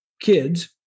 kids